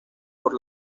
por